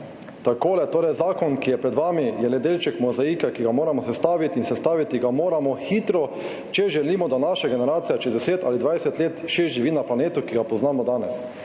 takole – zakon, ki je pred vami, je le delček mozaika, ki ga moramo sestaviti in sestaviti ga moramo hitro, če želimo, da naša generacija čez deset ali dvajset let še živi na planetu, ki ga poznamo danes.